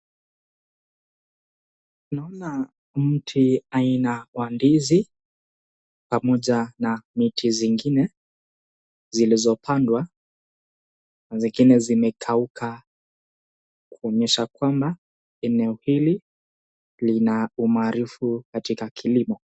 Naona mti aina wa ndizi, pamoja na miti zingine zilizo pandwa, zingine zimekauka, kuonyesha kwamba eneo hili lina umarufu katika kilimo.